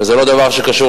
וזה לא דבר שקשור,